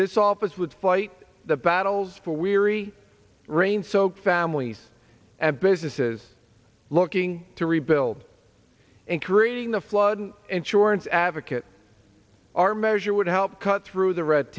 this office would fight the battles for weary rain soaked families and businesses looking to rebuild increasing the flood insurance advocate our measure would help cut through the red